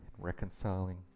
Reconciling